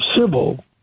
civil